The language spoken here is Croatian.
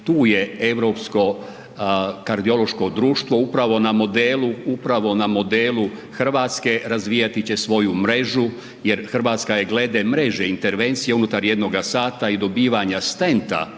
tu je Europsko kardiološko društvo, upravo na modelu Hrvatske razvijati će svoju mrežu jer Hrvatska je glede mreže intervencija unutar jednoga sata i dobivanja stenta